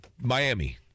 Miami